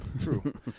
True